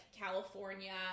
California